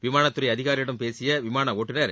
விமானத் துறை அதிகாரிகளிடம் பேசிய விமான ஒட்டுநர்